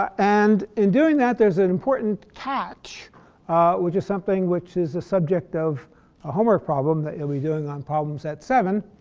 and in doing that there's an important catch which is something which is the subject of a homework problem that you'll be doing on problem set seven.